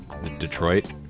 Detroit